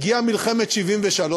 הגיעה מלחמת 1973,